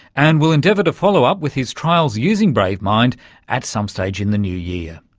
and we'll endeavour to follow up with his trials using bravemind at some stage in the new year.